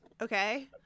Okay